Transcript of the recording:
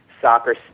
soccer